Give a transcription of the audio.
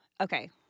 okay